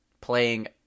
playing